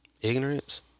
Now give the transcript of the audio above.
ignorance